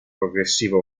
progressivo